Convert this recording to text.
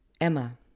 Emma